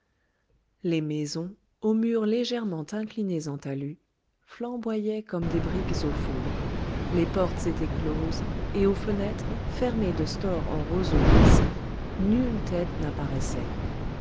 les maisons aux murs légèrement inclinés en talus flamboyaient comme des briques au four les portes étaient closes et aux fenêtres fermées de stores en roseaux clissés nulle tête n'apparaissait